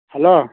hello